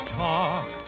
talk